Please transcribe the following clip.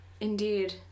indeed